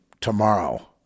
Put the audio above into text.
tomorrow